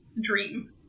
dream